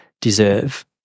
deserve